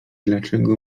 dlatego